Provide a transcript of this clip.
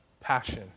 passion